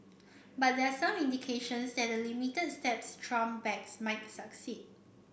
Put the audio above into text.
but there are some indications that the limits steps trump backs might succeed